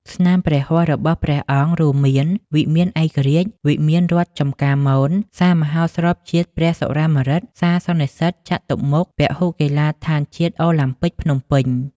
ស្នាមព្រះហស្តរបស់ព្រះអង្គរួមមាន វិមានឯករាជ្យ វិមានរដ្ឋចំការមន សាលមហោស្រពជាតិព្រះសុរាម្រិត សាលសន្និសីទចតុមុខ ពហុកីឡាដ្ឋានជាតិអូឡាំពិកភ្នំពេញ។